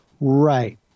right